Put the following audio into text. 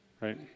right